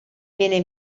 viene